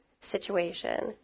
situation